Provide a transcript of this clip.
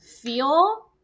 feel